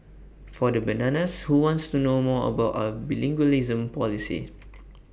for the bananas who want to know more about our bilingualism policy